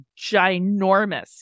ginormous